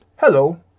Hello